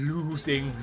Losing